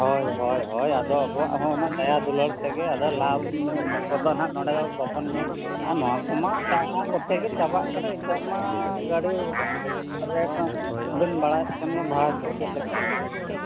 ᱦᱚᱭ ᱦᱚᱭ ᱦᱚᱭ ᱟᱫᱚ ᱟᱵᱚᱣᱟᱜᱦᱚᱸ ᱚᱱᱟ ᱫᱟᱭᱟᱫᱩᱞᱟᱹᱲ ᱛᱮᱜᱮ ᱟᱫᱚ ᱞᱟᱵᱷᱠᱚᱫᱚ ᱱᱟᱦᱟᱜ ᱱᱚᱰᱮᱫᱚ ᱵᱟᱵᱚᱱ ᱧᱮᱞ ᱟᱨ ᱱᱚᱣᱟᱠᱚ ᱢᱟ ᱪᱟᱵᱟᱜ ᱠᱟᱱᱟ ᱱᱤᱛᱚᱜ ᱢᱟ ᱜᱟᱹᱰᱤᱜᱷᱚᱲᱟ ᱨᱮᱴᱦᱚᱸᱵᱤᱱ ᱵᱟᱲᱟᱭᱮᱫ ᱠᱟᱱᱜᱮᱭᱟ ᱵᱷᱟᱲᱟᱠᱚ ᱪᱮᱫᱞᱮᱠᱟ